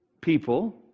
people